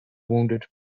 wounded